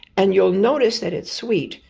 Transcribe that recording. and you'll notice that it's sweet.